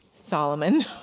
Solomon